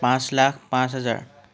পাঁচ লাখ পাঁচ হাজাৰ